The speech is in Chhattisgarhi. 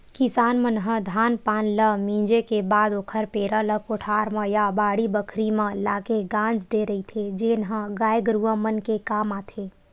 किसान मन ह धान पान ल मिंजे के बाद ओखर पेरा ल कोठार म या बाड़ी बखरी म लाके गांज देय रहिथे जेन ह गाय गरूवा मन के काम आथे